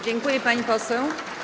Dziękuję, pani poseł.